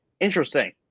interesting